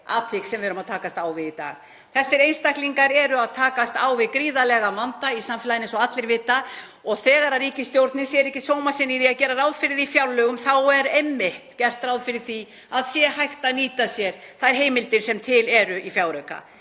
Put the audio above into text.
Þessir einstaklingar eru að takast á við gríðarlegan vanda í samfélaginu eins og allir vita og þegar ríkisstjórnin sér ekki sóma sinn í að gera ráð fyrir því í fjárlögum er einmitt gert ráð fyrir að hægt sé að nýta þær heimildir sem til eru í fjárauka.